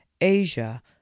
Asia